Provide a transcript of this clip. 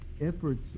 efforts